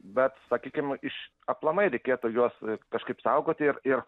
bet sakykim iš aplamai reikėtų juos kažkaip saugoti ir ir